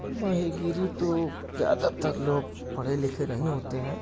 ماہی گیری تو زیادہ تر لوگ پڑھے لکھے نہیں ہوتے ہیں